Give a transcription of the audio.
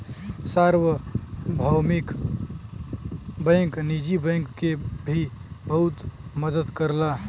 सार्वभौमिक बैंक निजी बैंक के भी बहुत मदद करला